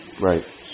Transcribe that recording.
right